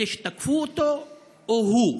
אלה שתקפו אותו או הוא?